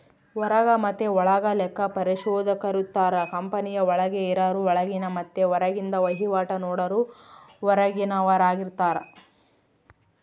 ಹೊರಗ ಮತೆ ಒಳಗ ಲೆಕ್ಕ ಪರಿಶೋಧಕರಿರುತ್ತಾರ, ಕಂಪನಿಯ ಒಳಗೆ ಇರರು ಒಳಗಿನ ಮತ್ತೆ ಹೊರಗಿಂದ ವಹಿವಾಟು ನೋಡರು ಹೊರಗಿನವರಾರ್ಗಿತಾರ